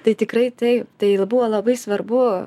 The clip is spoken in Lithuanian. tai tikrai taip tai ir buvo labai svarbu